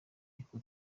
niko